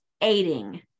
aiding